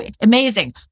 Amazing